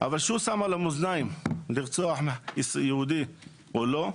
אבל כשהוא שם על המאזניים האם לרצוח יהודי או לא,